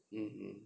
mm